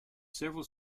several